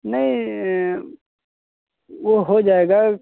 नहीं वो हो जाएगा